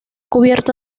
abierto